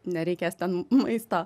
nereikės ten maisto